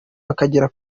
bakagera